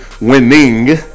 winning